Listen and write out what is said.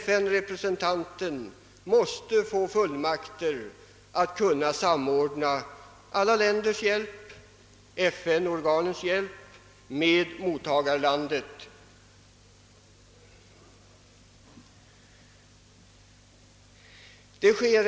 FN-representanten måste få befogenhet att samordna: alla länders och även FN-organens hjälp med mottagarlandets behov.